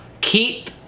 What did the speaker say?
keep